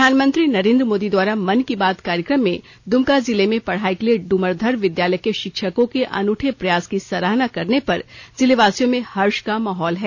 प्रधानमंत्री नरेन्द्र मोदी द्वारा मन की बात कार्यक्रम में दुमका जिले में पढ़ाई लिए डुमरधर विद्यालय के शिक्षकों के अनूठे प्रयास की सराहना करने पर जिले वासियों में हर्ष का माहौल है